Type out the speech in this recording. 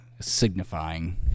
signifying